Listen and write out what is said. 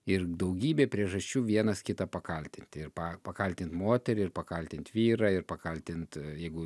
ir daugybė priežasčių vienas kitą pakaltinti ir pa pakaltint moterį ir pakaltint vyrą ir pakaltint jeigu